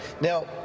now